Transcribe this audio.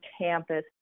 campus